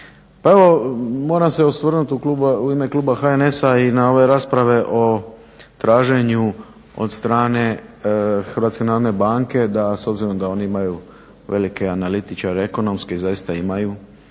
evo, moram se osvrnut u ime kluba HNS-a i na ove rasprave o traženju od strane Hrvatske narodne banke, s obzirom da oni imaju velike analitičare, ekonomske, i zaista imaju